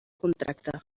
contracte